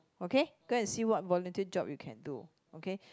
okay go and see what volunteer job you can do okay